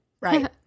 Right